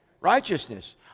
Righteousness